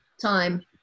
time